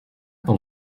pel